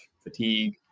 fatigue